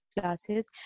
classes